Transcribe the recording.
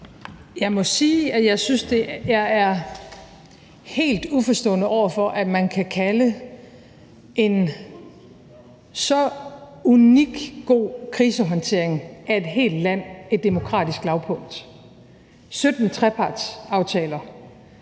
Jeg må sige, at jeg er helt uforstående over for, at man kan kalde en så unikt god krisehåndtering af et helt land et demokratisk lavpunkt: 17 trepartsaftaler,